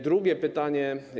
Drugie pytanie.